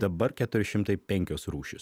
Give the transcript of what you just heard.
dabar keturi šimtai penkios rūšys